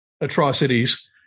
atrocities